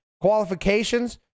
qualifications